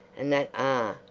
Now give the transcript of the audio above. and that ah!